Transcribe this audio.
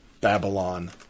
Babylon